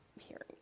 hearing